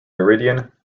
meridian